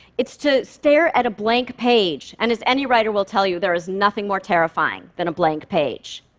it's to stare at a blank page. and as any writer will tell you, there's nothing more terrifying than a blank page.